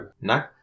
No